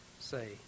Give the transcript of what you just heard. say